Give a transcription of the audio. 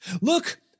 Look